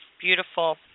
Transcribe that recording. Beautiful